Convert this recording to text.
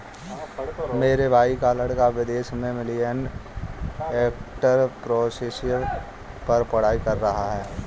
मेरे भाई का लड़का विदेश में मिलेनियल एंटरप्रेन्योरशिप पर पढ़ाई कर रहा है